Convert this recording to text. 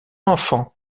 enfant